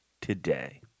today